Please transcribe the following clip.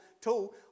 tool